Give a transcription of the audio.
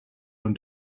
und